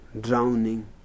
drowning